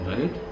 Right